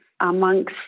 amongst